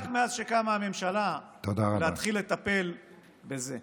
רק מאז שקמה הממשלה, ולהתחיל לטפל בזה.